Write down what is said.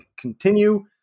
continue